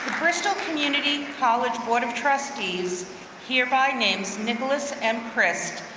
bristol community college board of trustees here by names nicholas m. prest,